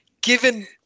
given